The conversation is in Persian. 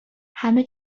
همه